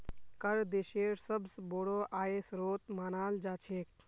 कर देशेर सबस बोरो आय स्रोत मानाल जा छेक